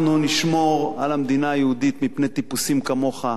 אנחנו נשמור על המדינה היהודית מפני טיפוסים כמוך.